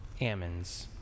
Ammons